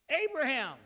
Abraham